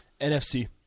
NFC